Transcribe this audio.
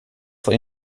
får